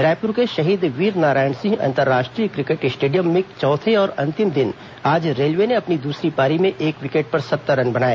रायपुर के शहीद वीरनारायण सिंह अंतर्राष्ट्रीय क्रिकेट स्टेडियम में चौथे और अंतिम दिन आज रेलवे ने अपनी दूसरी पारी में एक विकेट पर सत्तर रन बनाए